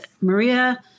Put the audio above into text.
Maria